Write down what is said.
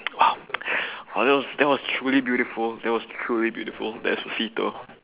!whoa! !woah! that was that was truly beautiful that was truly beautiful despacito